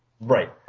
Right